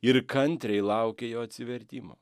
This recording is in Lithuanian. ir kantriai laukia jo atsivertimo